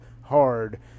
hard